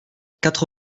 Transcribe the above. quatre